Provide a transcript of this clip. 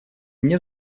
мне